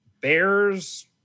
Bears